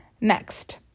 next